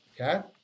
okay